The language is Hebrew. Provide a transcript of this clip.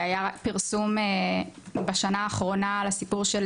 היה פרסום בשנה האחרונה על הסיפור של